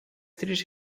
três